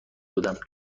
بودم